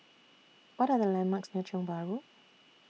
What Are The landmarks near Tiong Bahru